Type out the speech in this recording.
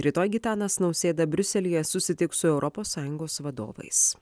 rytoj gitanas nausėda briuselyje susitiks su europos sąjungos vadovais